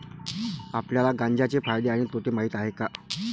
आपल्याला गांजा चे फायदे आणि तोटे माहित आहेत का?